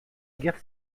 guerre